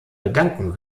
bedanken